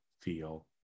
feel